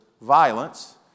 violence